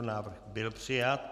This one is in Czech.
Návrh byl přijat.